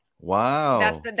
wow